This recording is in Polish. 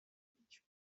bić